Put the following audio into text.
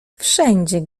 wszędzie